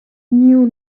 knew